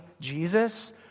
Jesus